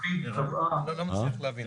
התכנית קבעה --- לא הצלחתי להבין את